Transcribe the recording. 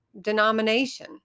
denomination